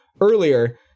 earlier